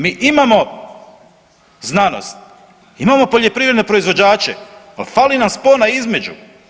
Mi imamo znanost, imamo poljoprivredne proizvođače ali fali nam spona između.